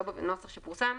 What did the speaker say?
לא בנוסח שפורסם.